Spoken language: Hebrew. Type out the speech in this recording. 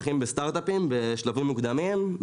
בשלבי ה-Seed.